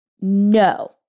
no